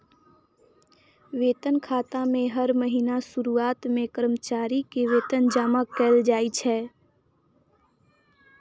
वेतन खाता मे हर महीनाक शुरुआत मे कर्मचारी के वेतन जमा कैल जाइ छै